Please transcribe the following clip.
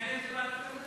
למה?